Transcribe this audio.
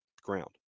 ground